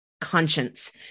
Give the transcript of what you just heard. conscience